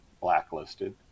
blacklisted